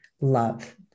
love